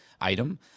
item